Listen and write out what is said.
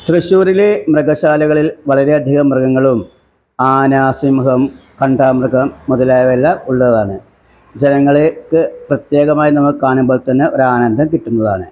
തൃശൂരിലെ മൃഗശാലകളിൽ വളരെ അധികം മൃഗങ്ങളും ആന സിംഹം കണ്ടാമൃഗം മുതലായവ എല്ലാം ഉള്ളതാണ് ജനങ്ങൾക്ക് പ്രത്യേകമായി നമ്മൾ കാണുമ്പോൾ തന്നെ ഒരു ആനന്ദം കിട്ടുന്നതാണ്